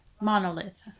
monolith